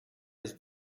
his